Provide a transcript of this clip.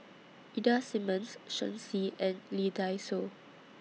Ida Simmons Shen Xi and Lee Dai Soh